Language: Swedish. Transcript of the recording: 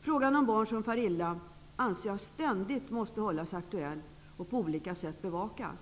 Frågan om barn som far illa måste ständigt hållas aktuell och på olika sätt bevakas.